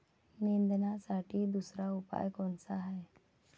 निंदनासाठी दुसरा उपाव कोनचा हाये?